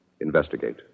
investigate